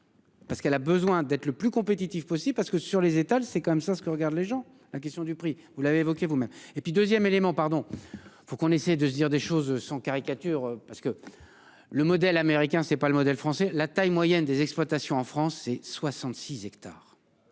Parce qu'elle a besoin d'être le plus compétitif possible parce que sur les étals. C'est quand même sens ce que regardent les gens, la question du prix. Vous l'avez évoqué, vous-même et puis 2ème élément pardon. Faut qu'on essaye de se dire des choses sans caricature parce que. Le modèle américain, c'est pas le modèle français. La taille moyenne des exploitations en France et 66 hectares.